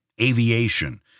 Aviation